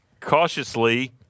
cautiously